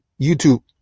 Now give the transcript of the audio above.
YouTube